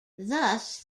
thus